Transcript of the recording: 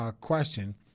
question